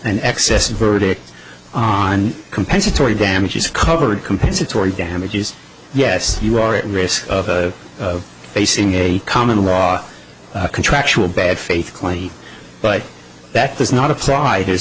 an excess verdict on compensatory damages covered compensatory damages yes you are at risk of facing a common law contractual bad faith cli but that does not apply there's